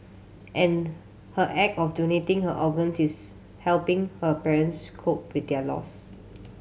and her act of donating her organs is helping her parents cope with their loss